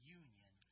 union